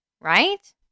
right